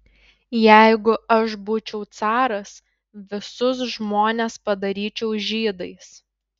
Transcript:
jeigu aš būčiau caras visus žmonės padaryčiau žydais